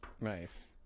Nice